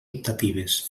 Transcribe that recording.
optatives